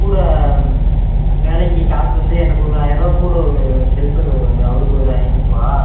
கூட வேலைக்கு காசு வந்து எனக்கு ஒரு ஆயிர ரூபா கூட ஒரு ஹெல்ப்பர் வருவாரு அவருக்கு ஒரு ஐநூறுபா